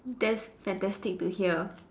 that's fantastic to hear